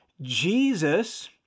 Jesus